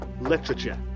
literature